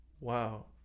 Wow